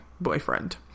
boyfriend